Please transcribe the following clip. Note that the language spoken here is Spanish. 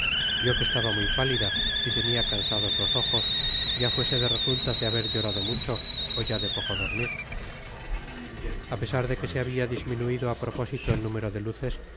vió que estaba muy pálida y tenia cansados los ojos ya fuese de resultas de haber llorado mucho ó ya de poco dormir a pesar de que se habia disminuido á propósito el número de luces